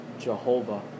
Jehovah